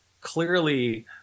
clearly